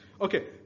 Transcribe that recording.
Okay